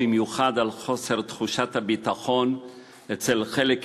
ובמיוחד על חוסר תחושת הביטחון אצל חלק